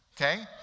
Okay